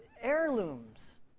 Heirlooms